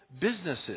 businesses